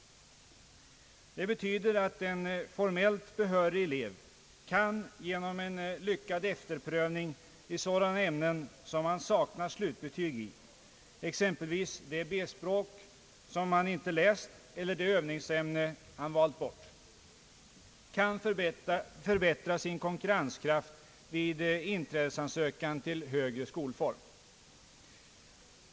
Det betyder att en formellt behörig elev genom en lyckad efterprövning i sådana ämnen som han saknar slutbetyg i, exempelvis det B-språk som han inte läst eller det övningsämne som han valt bort, kan förbättra sin konkurrenskraft vid inträdesansökan till högre skolform.